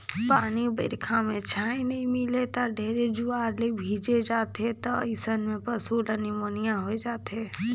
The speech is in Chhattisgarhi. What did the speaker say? पानी बइरखा में छाँय नइ मिले त ढेरे जुआर ले भीजे जाथें त अइसन में पसु ल निमोनिया होय जाथे